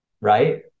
right